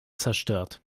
zerstört